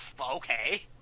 okay